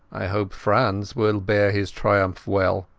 ai hope franz will bear his triumph well.